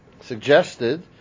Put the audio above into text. suggested